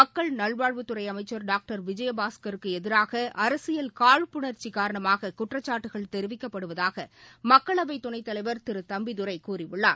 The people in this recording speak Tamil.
மக்கள் நல்வாழ்வுத்துறைஅமைச்சர் விஜயபாஸ்கருக்குஎதிராகஅரசியல் காழ்ப்புணர்ச்சிகாரணமாககுற்றச்சாட்டுகள் தெரிவிக்கப்படுவதாகமக்களவைதுணைத்தலைவர் திருதம்பிதுரைகூறியுள்ளார்